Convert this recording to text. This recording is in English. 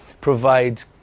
provide